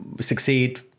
succeed